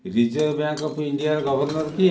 reserve bank of ଇଣ୍ଡିଆର governor କିଏ